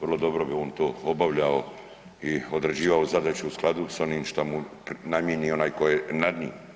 Vrlo dobro bi on to obavljao i odrađivao zadaću u skladu sa onim što mu namijeni onaj tko je nad njim.